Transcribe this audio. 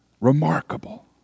Remarkable